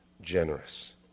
generous